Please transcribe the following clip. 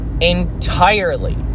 entirely